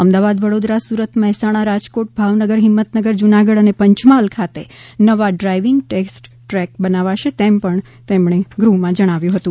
અમદાવાદ વડોદરા સુરત મહેસાણા રાજકોટ ભાવનગર હિંમતનગર જુનાગઢ અને પંચમહાલ ખાતે નવા ડ્રાઇવીંગ ટેસ્ટ ટ્રેક બનાવાશે તેમ પણ શ્રી ફળદુ એ ગૃહ્ માં જણાવ્યુ હતું